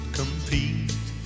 compete